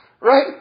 Right